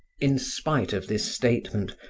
in spite of this statement,